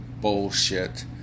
bullshit